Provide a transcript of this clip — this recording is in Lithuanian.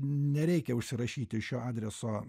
nereikia užsirašyti šio adreso